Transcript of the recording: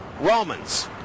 Romans